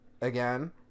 again